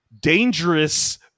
dangerous